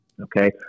Okay